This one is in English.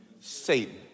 Satan